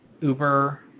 Uber